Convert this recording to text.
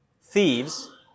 thieves